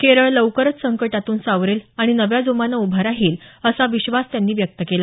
केरळ लवकरच संकटातून सावरेल आणि नव्या जोमानं उभा राहील असा विश्वास त्यांनी व्यक्त केला